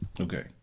Okay